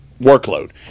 workload